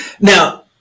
now